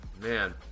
man